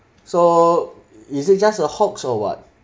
so is it just a hoax or what